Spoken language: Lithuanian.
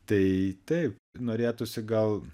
tai tai norėtųsi gal